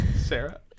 Sarah